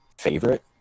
favorite